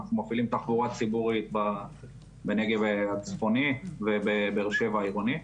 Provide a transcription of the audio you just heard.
אנחנו מפעילים תחבורה ציבורית בנגב הצפוני ובבאר שבע העירוני.